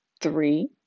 Three